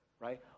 right